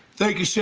thank you sarah.